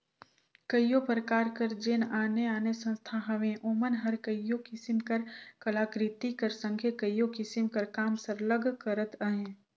कइयो परकार कर जेन आने आने संस्था हवें ओमन हर कइयो किसिम कर कलाकृति कर संघे कइयो किसिम कर काम सरलग करत अहें